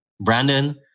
Brandon